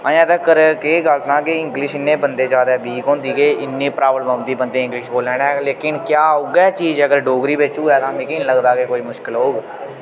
अजें तकर केह् गल्ल सनां के इंग्लिश इन्ने बन्दे ज्यादा वीक होंदी के इन्नी प्राब्लम औंदी बन्दे इंग्लिश बोलने लेकिन क्या उ'यै चीज अगर डोगरी बिच्च होवै तां मिकी नी लगदा के कोई मुश्किल औग